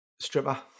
Stripper